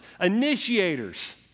Initiators